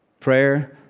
prayer,